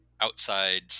outside